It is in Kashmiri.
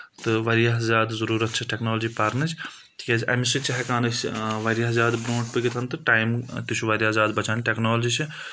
تہٕ واریاہ زیادٕ ضروٗرت چھِ ٹیکنالجی پَرنٕچ تِکیازِ اَمہِ سۭتۍ چھِ ہؠکان أسۍ واریاہ زیادٕ برونٛٹھ پٔکِتھ تہٕ ٹایم تہِ چھُ واریاہ زیادٕ بَچان ٹیکنالجی چھِ